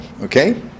okay